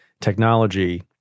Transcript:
technology